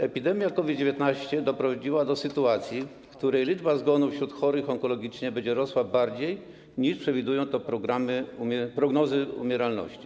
Epidemia COVID-19 doprowadziła do sytuacji, w której liczba zgonów wśród chorych onkologicznie będzie rosła bardziej, niż przewidują to prognozy umieralności.